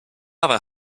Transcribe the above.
other